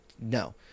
No